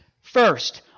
first